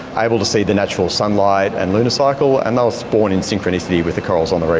able to see the natural sunlight and lunar cycle, and they will spawn in synchronicity with the corals on